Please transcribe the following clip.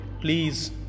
please